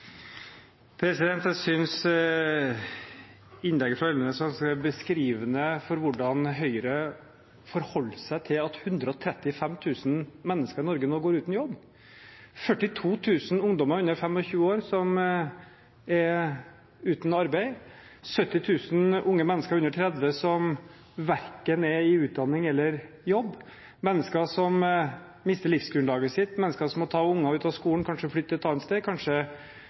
Jeg synes innlegget fra Elvenes var ganske beskrivende for hvordan Høyre forholder seg til at 135 000 mennesker i Norge nå går uten jobb, at 42 000 ungdommer under 25 år er uten arbeid, at 70 000 unge mennesker under 30 verken er i utdanning eller jobb, at mennesker mister livsgrunnlaget sitt, at mennesker må ta ungene ut av skolen, kanskje flytte et annet sted, kanskje